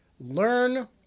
Learn